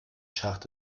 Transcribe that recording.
schacht